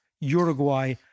Uruguay